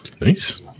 Nice